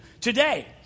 today